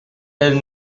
elle